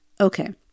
Okay